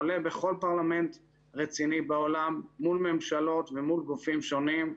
עולה בכל פרלמנט רציני בעולם מול ממשלות ומול גופים שונים.